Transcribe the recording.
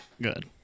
good